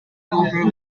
over